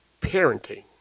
parenting